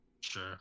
Sure